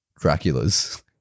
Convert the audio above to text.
Dracula's